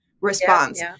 response